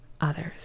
others